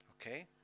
Okay